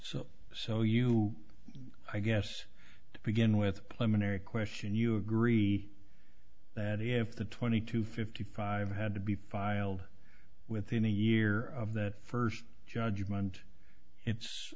so so you i guess to begin with plenary question you agree that if the twenty two fifty five had to be filed within a year of that first judgment it's